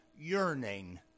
yearning